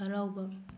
ꯍꯔꯥꯎꯕ